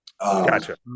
gotcha